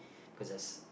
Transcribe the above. cause there's